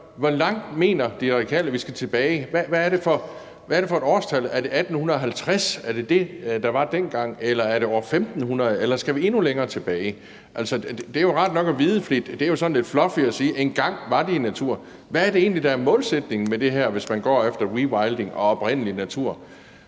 Hvor langt mener De Radikale at vi skal tilbage? Hvad er det for et årstal? Er det tilbage til 1850 og det, der var dengang? Eller er det år 1500? Eller skal vi endnu længere tilbage? Det er jo rart nok at vide, for det er sådan lidt fluffy at sige, at de engang var i naturen. Hvad er det egentlig, der er målsætningen med det her, hvis man går efter rewilding og oprindelig natur?